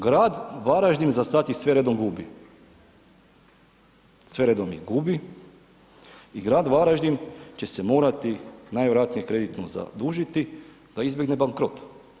Grad Varaždin za sad ih sve redom gubi, sve redom ih gubi i grad Varaždin će se morati najvjerojatnije kreditno zadužiti da izbjegne bankrot.